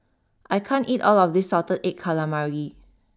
I can't eat all of this Salted Egg Calamari